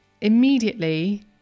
immediately